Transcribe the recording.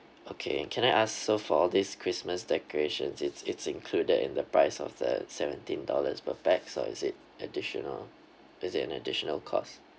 okay can I ask so for all these christmas decorations it's it's included in the price of the seventeen dollars per pax or is it additional is it an additional cost